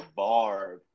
barb